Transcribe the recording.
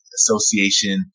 association